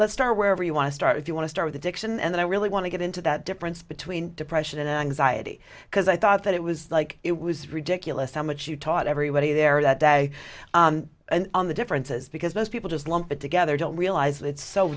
let's start wherever you want to start if you want to start with addiction and i really want to get into that difference between depression and anxiety because i thought that it was like it was ridiculous how much you taught everybody there that day on the differences because most people just lump it together don't realize it's so